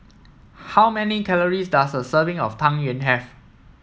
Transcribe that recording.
how many calories does a serving of Tang Yuen have